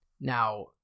Now